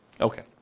Okay